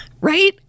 right